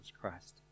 Christ